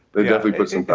they definitely put some.